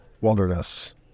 wilderness